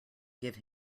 give